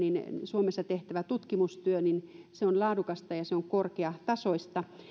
suomessa tehtävä tutkimustyö on laadukasta ja se on korkeatasoista